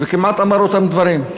ואמר כמעט אותם דברים,